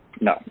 No